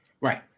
Right